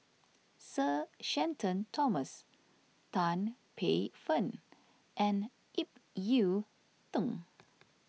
Sir Shenton Thomas Tan Paey Fern and Ip Yiu Tung